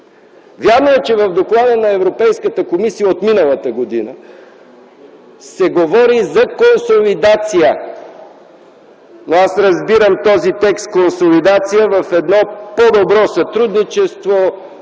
Вярно е, че в доклада на Европейската комисия от миналата година се говори за консолидация. Аз разбирам този текст „консолидация” като едно по-добро сътрудничество,